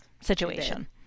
situation